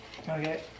Okay